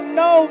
no